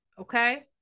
okay